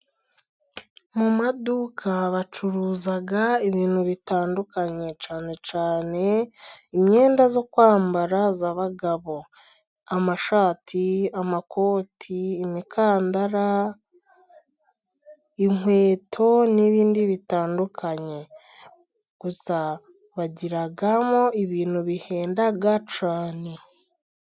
Mu maduka bacuruza ibintu bitandukanye， cyane cyane imyenda yo kwambara， y’abagabo， amashati，amakoti，imikandara，inkweto n'ibindi bitandukanye. Gusa bagiramo ibintu bihenda cyane.